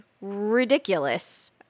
ridiculous